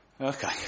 Okay